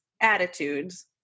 attitudes